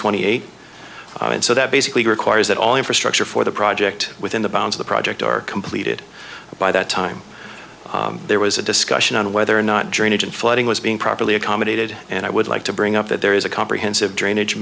twenty eight and so that basically requires that all infrastructure for the project within the bounds of the project or completed by that time there was a discussion on whether or not drainage and flooding was being properly accommodated and i would like to bring up that there is a comprehensive drainage